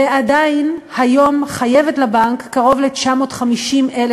ועדיין חייבת היום לבנק קרוב ל-950,000